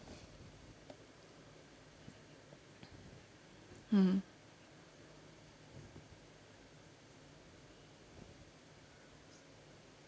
mmhmm